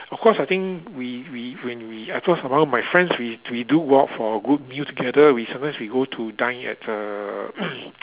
of course I think we we when we of course around with my friends we we do walk for a good meal together we sometimes we go to dine at uh